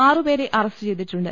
ആറുപേരെ arrest ചെയ്തിട്ടുണ്ട്